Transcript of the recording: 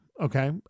okay